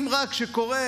אם רק כשקורה,